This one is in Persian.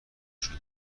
شده